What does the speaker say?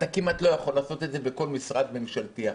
אתה כמעט לא יכול לעשות את זה בכל משרד ממשלתי אחר.